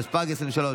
התשפ"ג 2023,